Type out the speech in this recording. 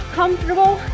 comfortable